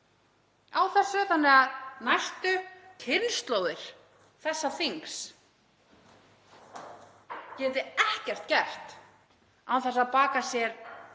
á þessu þannig að næstu kynslóðir þessa þings geti ekkert gert án þess að baka sér